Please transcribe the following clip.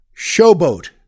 Showboat